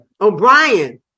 O'Brien